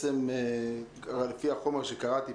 לפי החומר שקראתי,